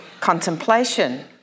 contemplation